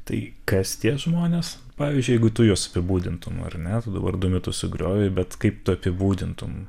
tai kas tie žmonės pavyzdžiui jeigu tu juos apibūdintum ar ne vardų mitus sugriovei bet kaip tu apibūdintum